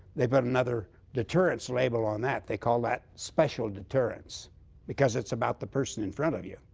they put another deterrence label on that. they call that special deterrence because it's about the person in front of you